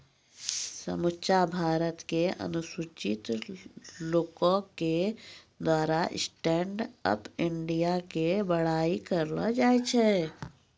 समुच्चा भारत के अनुसूचित लोको के द्वारा स्टैंड अप इंडिया के बड़ाई करलो जाय छै